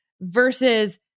versus